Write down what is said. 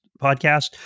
podcast